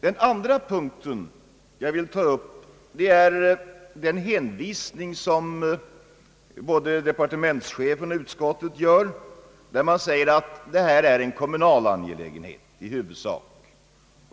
Å andra sidan vill jag ta upp den hänvisning, som både departementschefen och utskottet gör när de säger, att detta är en i huvudsak kommunal angelägenhet.